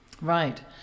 right